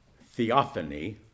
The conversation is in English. Theophany